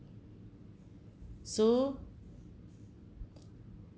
so